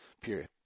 period